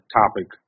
topic